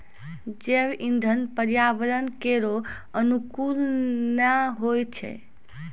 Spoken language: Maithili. जैव इंधन पर्यावरण केरो अनुकूल नै होय छै